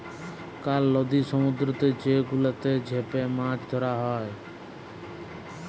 call লদি সমুদ্দুরেতে যে গুলাতে চ্যাপে মাছ ধ্যরা হ্যয়